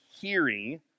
hearing